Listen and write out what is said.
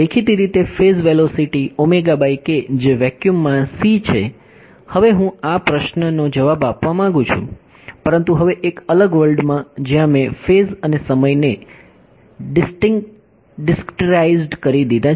દેખીતી રીતે phase velocity જે વેક્યૂમમાં c છે હવે હું આ જ પ્રશ્નનો જવાબ આપવા માંગુ છું પરંતુ હવે એક અલગ વર્લ્ડમાં જ્યાં મેં ફેઝ અને સમયને ડિસ્કરીટાઇઝ્ડ કરી દીધા છે